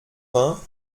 vingt